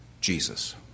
Jesus